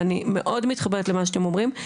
ואני מאוד מתחברת למה שאתם אומרים.